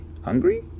hungry